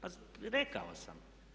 Pa rekao sam.